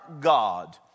God